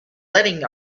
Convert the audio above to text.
letting